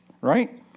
right